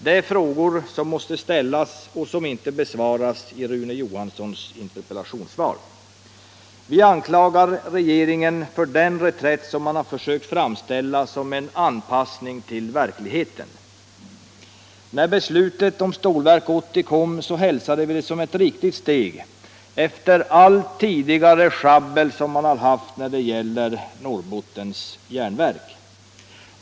Det är frågor som måste ställas och som inte besvaras i Rune Johanssons interpellationssvar. Vi anklagar regeringen för den reträtt som man har försökt framställa som en ”anpassning till verkligheten”. När beslutet om Stålverk 80 kom hälsade vi detta som ett riktigt steg efter allt tidigare sjabbel med NJA.